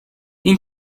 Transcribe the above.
این